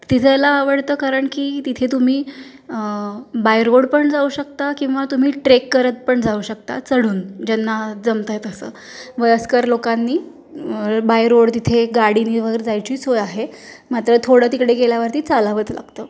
तिथं जायला आवडतं कारण की तिथे तुम्ही बाय रोड पण जाऊ शकता किंवा तुम्ही ट्रेक करत पण जाऊ शकता चढून ज्यांना जमत आहे तसं वयस्कर लोकांनी बाय रोड तिथे गाडीने वगैरे जायची सोय आहे मात्र थोडं तिकडे गेल्यावरती चालावंच लागतं